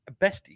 Bestie